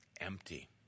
empty